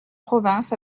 province